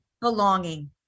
belonging